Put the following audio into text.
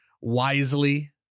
wisely